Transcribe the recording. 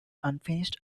unfinished